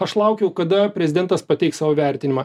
aš laukiau kada prezidentas pateiks savo vertinimą